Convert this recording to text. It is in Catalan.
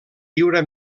viure